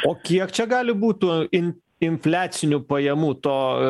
o kiek čia gali būt tų in infliacinių pajamų to